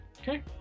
okay